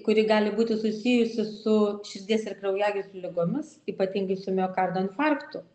kuri gali būti susijusi su širdies ir kraujagyslių ligomis ypatingai su miokardo infarktu